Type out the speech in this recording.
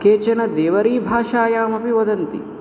केचन देवरीभाषायाम् अपि वदन्ति